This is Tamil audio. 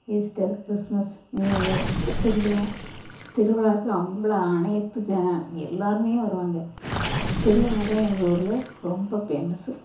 ஈஸ்டர் கிறிஸ்மஸ் நியூ இயர் திருவிழா திருவிழாக்கு அவ்வளோ அனைத்து எல்லோருமே வருவாங்க திருவிழா தான் எங்கள் ஊரில் ரொம்ப பேமஸு